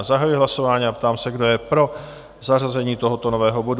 Zahajuji hlasování a ptám se, kdo je pro zařazení tohoto nového bodu?